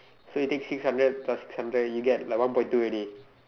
so you take six hundred plus six hundred you get like one point two already